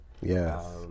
Yes